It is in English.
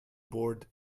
bored